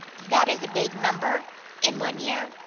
that is a big number in one year.